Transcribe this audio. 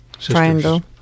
Triangle